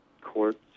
courts